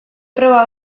proba